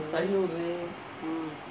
mm